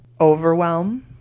overwhelm